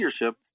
leadership